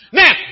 now